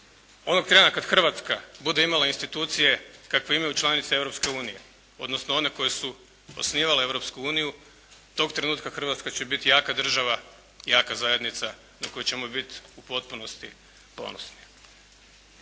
Onog trena kada Hrvatska bude imala institucije kakve imaju članice Europske unije, odnosno one koje su osnivale Europsku uniju, tog trenutka Hrvatska će biti jaka država, jaka zajednica na koju ćemo biti u potpunosti ponosni.